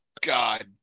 God